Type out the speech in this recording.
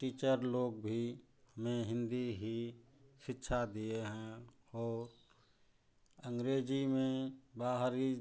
teacher लोग भी हमें हिन्दी ही में शिक्षा दिए हैं और अँग्रेजी में बाहरी